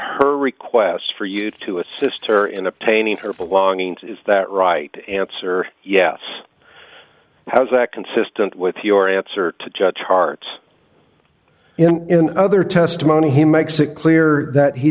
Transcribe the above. her request for you to assist her in obtaining her belongings is that right answer yes how is that consistent with your answer to judge hearts in other testimony he makes it clear that he